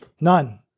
none